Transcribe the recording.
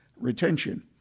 retention